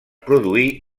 produir